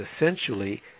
essentially